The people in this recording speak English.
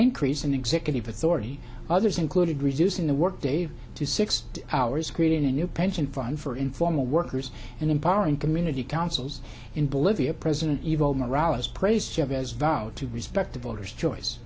increase in executive authority others included reducing the work day to six hours creating a new pension fund for informal workers and empowering community councils in bolivia president evo morales praised chavez vote to respect the voters choice